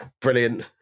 Brilliant